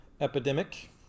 epidemic